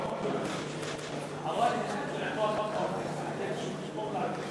אתה יכול לשוב לדבר.